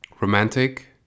romantic